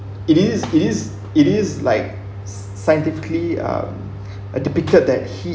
it is is it is like scientifically um uh depicted that he